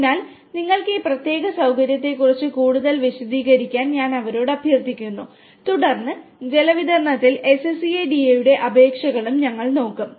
അതിനാൽ അവർക്ക് ഉള്ള ഈ പ്രത്യേക സൌകര്യത്തെക്കുറിച്ച് കൂടുതൽ വിശദീകരിക്കാൻ ഞാൻ അവരോട് അഭ്യർത്ഥിക്കുന്നു തുടർന്ന് ജലവിതരണത്തിൽ SCADA യുടെ അപേക്ഷകളും ഞങ്ങൾ നോക്കും